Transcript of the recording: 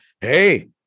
Hey